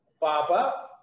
Papa